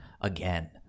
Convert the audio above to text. again